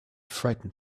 frightened